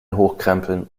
hochkrempeln